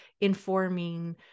informing